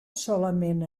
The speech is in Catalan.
solament